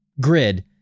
grid